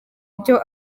byo